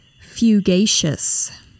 Fugacious